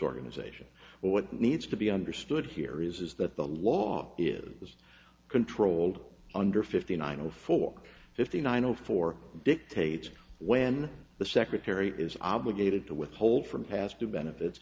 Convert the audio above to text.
organization what needs to be understood here is that the law is controlled under fifty nine zero four fifty nine zero four dictates when the secretary is obligated to withhold from past due benefits